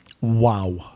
Wow